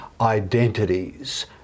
identities